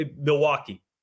Milwaukee